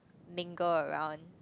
mingle around